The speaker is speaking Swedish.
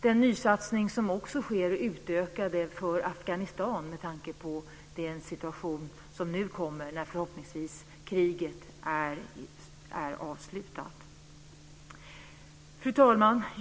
Det sker också en utökad nysatsning på Afghanistan med tanke på den situation som nu kommer, när förhoppningsvis kriget är avslutat. Fru talman!